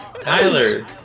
Tyler